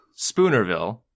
Spoonerville